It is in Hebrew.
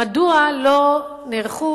מדוע לא נערכו,